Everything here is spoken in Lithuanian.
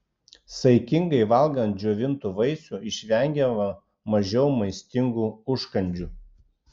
saikingai valgant džiovintų vaisių išvengiama mažau maistingų užkandžių